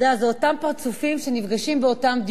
זה אותם פרצופים שנפגשים באותם דיונים.